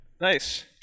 Nice